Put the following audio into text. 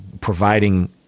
providing